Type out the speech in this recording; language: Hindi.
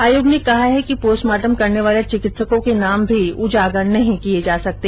आयोग ने कहा है कि पोस्टमार्टम करने वाले चिकित्सको के नाम भी उजागर नहीं किये जा सकते